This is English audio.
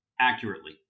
accurately